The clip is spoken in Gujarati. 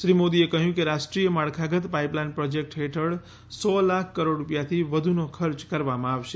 શ્રી મોદીએ કહ્યું કે રાષ્ટ્રીય માળખાગત પાઇપલાઇન પ્રોજેક્ટ્સ હેઠળ સો લાખ કરોડ રૂપિયાથી વધુનો ખર્ચ કરવામાં આવશે